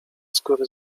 skóry